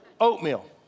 Oatmeal